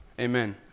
Amen